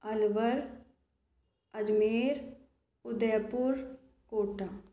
Alwar Ajmer Udaipur Kota